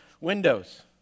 Windows